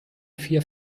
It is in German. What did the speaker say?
vier